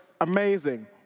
amazing